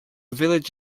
village